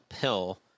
pill